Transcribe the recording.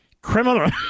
criminal